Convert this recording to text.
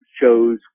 shows